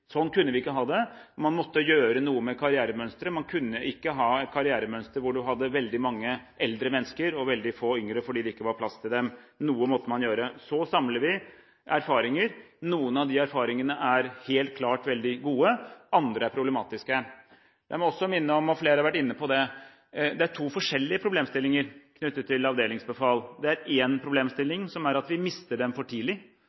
kunne vi ikke ha det. Man måtte gjøre noe med karrieremønsteret. Man kunne ikke ha et karrieremønster hvor man hadde veldig mange eldre mennesker og veldig få yngre fordi det ikke var plass til dem. Noe måtte man gjøre. Så samler vi erfaringer. Noen av de erfaringene er helt klart veldig gode, andre er problematiske. Jeg må også minne om – flere har vært inne på det – at det er to forskjellige problemstillinger knyttet til avdelingsbefal. Én problemstilling er at vi mister dem for tidlig,